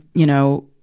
you know,